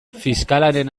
fiskalaren